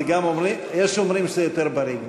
יש אומרים שזה יותר בריא.